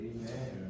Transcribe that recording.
Amen